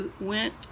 went